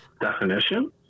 Definition